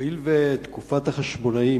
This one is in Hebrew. הואיל ותקופת החשמונאים,